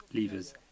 levers